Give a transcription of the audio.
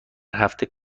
هفته